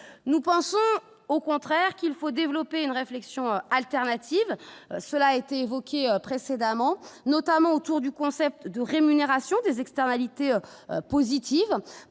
nous pensons au contraire qu'il faut développer une réflexion alternative, cela a été évoqué précédemment, notamment autour du concept de rémunération des externalités positives